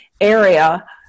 area